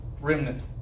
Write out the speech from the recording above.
remnant